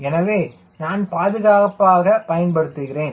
எனவே நான் பாதுகாப்பாக பயன்படுத்துகிறேன்